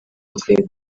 bakwiye